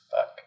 back